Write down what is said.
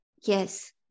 Yes